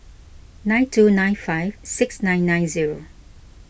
nine two nine five six nine nine zero